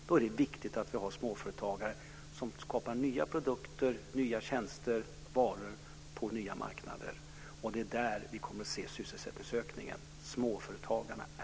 Då är det viktigt att vi har småföretagare som skapar nya produkter, nya tjänster och varor, på nya marknader. Det är där vi kommer att se sysselsättningsökningen. Småföretagarna är viktiga.